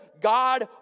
God